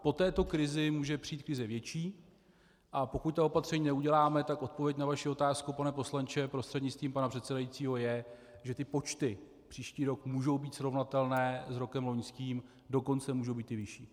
Po této krizi může přijít krize větší, a pokud ta opatření neuděláme, tak odpověď na vaši otázku, pane poslanče prostřednictvím pana předsedajícího, je, že ty počty příští rok můžou být srovnatelné s rokem loňským, dokonce můžou být i vyšší.